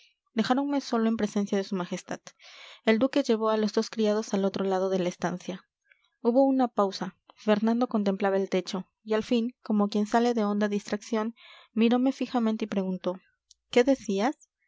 dejáronme solo en presencia de su majestad el duque llevó a los dos criados al otro lado de la estancia hubo una pausa fernando contemplaba el techo y al fin como quien sale de honda distracción mirome fijamente y preguntó qué decías